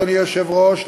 אדוני היושב-ראש,